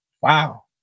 Wow